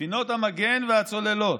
ספינות המגן והצוללות.